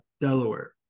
Delaware